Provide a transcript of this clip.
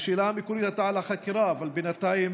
השאלה המקורית הייתה על החקירה, אבל בינתיים,